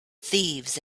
thieves